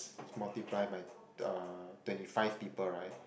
multiply by uh twenty five people right